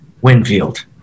winfield